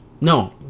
No